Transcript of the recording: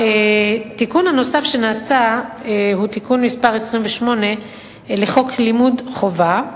התיקון הנוסף שנעשה הוא תיקון מס' 28 לחוק לימוד חובה.